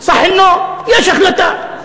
צח אל-נום, יש החלטה.